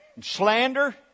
slander